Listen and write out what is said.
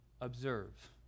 observe